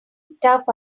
stuff